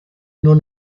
nur